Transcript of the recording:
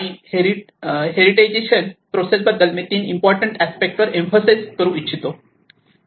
आणि हेरिटेजिसेशन प्रोसेस बद्दल मी 3 इम्पॉर्टंट अस्पेक्ट वर एम्फासिस करू इच्छितो